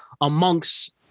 amongst